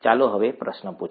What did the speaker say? ચાલો હવે પ્રશ્ન પૂછીએ